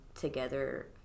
together